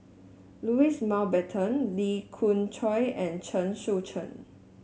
Louis Mountbatten Lee Khoon Choy and Chen Sucheng